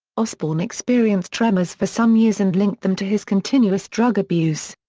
osbourne experienced tremors for some years and linked them to his continuous drug abuse.